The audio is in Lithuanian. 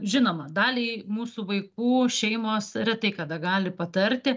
žinoma daliai mūsų vaikų šeimos retai kada gali patarti